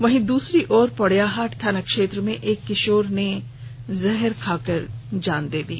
वहीं दूसरी ओर पोड़ैयाहाट थाना क्षेत्र में एक किशोर ने जहर खाकर जान दे दी